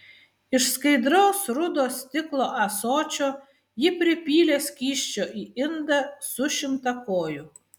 iš skaidraus rudo stiklo ąsočio ji pripylė skysčio į indą su šimtakoju